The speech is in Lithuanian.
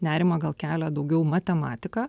nerimą gal kelia daugiau matematika